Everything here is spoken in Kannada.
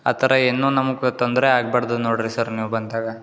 ಆ ಥರ ಏನು ನಮಗೆ ತೊಂದರೆ ಆಗ್ಬಾರ್ದು ನೋಡಿರಿ ಸರ್ ನೀವು ಬಂದಾಗ